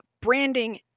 branding